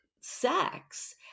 sex